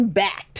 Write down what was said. back